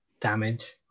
damage